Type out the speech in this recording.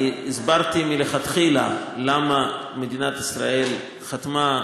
אני הסברתי מלכתחילה למה מדינת ישראל חתמה,